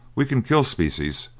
we can kill species,